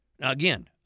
Again